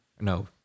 No